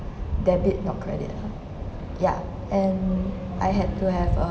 debit or credit lah ya and I had to have a